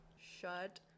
Shut